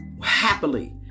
Happily